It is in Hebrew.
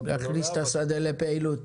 ולא לארבע שעות --- להכניס את השדה לפעילות.